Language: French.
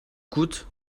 coûte